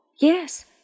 yes